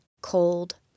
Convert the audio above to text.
cold